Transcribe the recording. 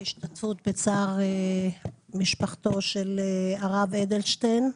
בהשתתפות בצער משפחתו של הרב אדלשטיין,